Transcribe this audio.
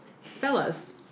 fellas